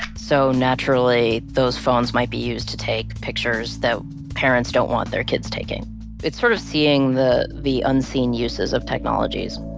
so naturally those phones might be used to take pictures that parents don't want their kids taking it's sort of seeing the the unseen uses of technologies.